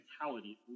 mentality